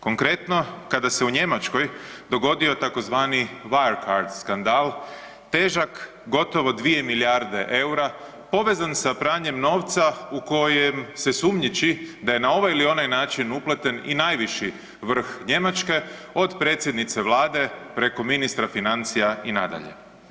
Konkretno kada se u Njemačkoj dogodio tzv. Wirecard skandal težak gotovo dvije milijarde eura povezan sa pranjem novca u kojem se sumnjiči da je na ovaj ili onaj način upleten i najviši vrh Njemačke od predsjednice Vlade preko ministra financija i nadalje.